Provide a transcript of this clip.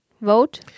vote